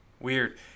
Weird